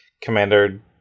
Commander